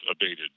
abated